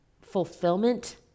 fulfillment